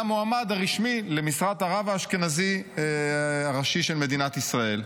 המועמד הרשמי למשרת הרב האשכנזי הראשי של מדינת ישראל.